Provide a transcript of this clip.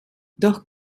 doch